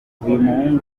akunda